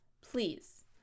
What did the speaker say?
Please